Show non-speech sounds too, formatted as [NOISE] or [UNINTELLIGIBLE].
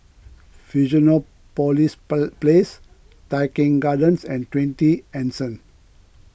Fusionopolis police [UNINTELLIGIBLE] Place Tai Keng Gardens and twenty Anson